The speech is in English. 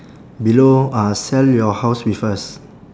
below uh sell your house with us